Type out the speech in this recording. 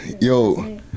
Yo